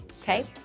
Okay